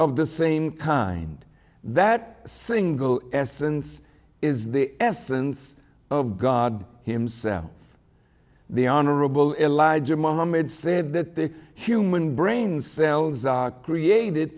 of the same kind that single essence is the essence of god himself the honorable elijah muhammad said that the human brain cells are created